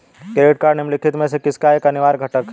Credit card निम्नलिखित में से किसका एक अनिवार्य घटक है?